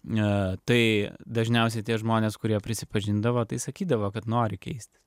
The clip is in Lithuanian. tai dažniausiai tie žmonės kurie prisipažindavo tai sakydavo kad nori keistis